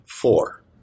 four